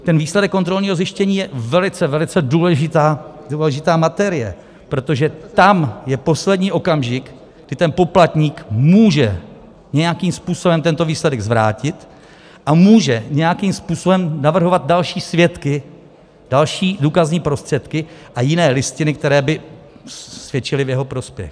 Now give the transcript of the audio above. Ten výsledek kontrolního zjištění je velice, velice důležitá materie, protože tam je poslední okamžik, kdy poplatník může nějakým způsobem tento výsledek zvrátit a může nějakým způsobem navrhovat další svědky, další důkazní prostředky a jiné listiny, které by svědčily v jeho prospěch.